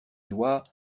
joie